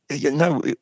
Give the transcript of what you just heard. No